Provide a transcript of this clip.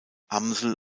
amsel